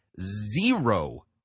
zero